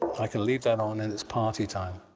i can leave that on and it's party time.